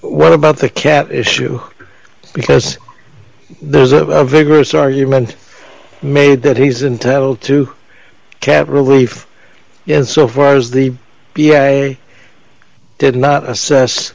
what about the cat issue because there's a vigorous argument made that he's entitled to cat relief in so far as the b s a did not assess